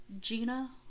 Gina